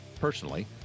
personally